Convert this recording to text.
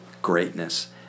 Greatness